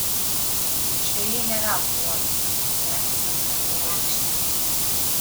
žvejai ne veltui uodus aklius ir erkes vadina dievo rykšte